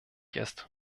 ist